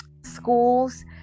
schools